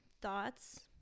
thoughts